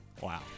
Wow